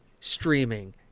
streaming